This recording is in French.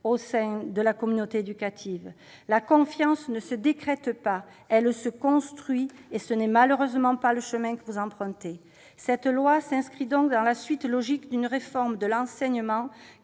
au sein de la communauté éducative : la confiance ne se décrète pas, elle se construit, et ce n'est malheureusement pas le chemin que vous empruntez. Le présent texte s'inscrit donc dans la suite logique d'une réforme de l'enseignement